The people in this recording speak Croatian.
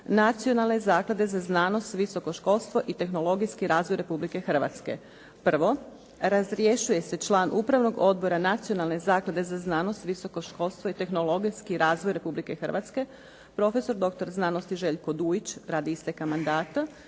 Nacionalne zaklade za znanost, visoko školstvo i tehnologijski razvoj Republike Hrvatske. Prvo, razrješuje se član Upravnog odbora Nacionalne zaklade za znanost, visoko školstvo i tehnologijski razvoj Republike Hrvatske profesor doktor znanosti Željko Dujić radi isteka mandata.